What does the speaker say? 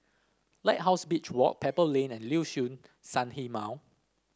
Lighthouse Beach Walk Pebble Lane and Liuxun Sanhemiao